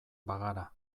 bagara